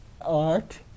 art